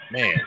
Man